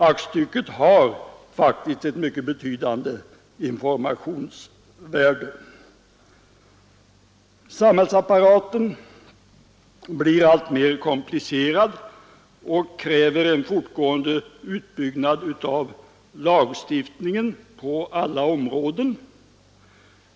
Aktstycket har faktiskt ett mycket betydande informationsvärde. Samhällsapparaten blir alltmer komplicerad och kräver en fortgående utbyggnad av lagstiftningen på alla områden.